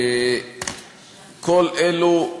כל אלו,